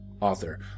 author